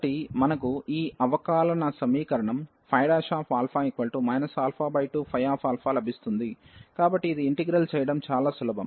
కాబట్టి మనకు ఈ అవకాలన సమీకరణం 2ϕα లభిస్తుంది కాబట్టి ఇది ఇంటిగ్రల్ చేయడం చాలా సులభం